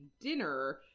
dinner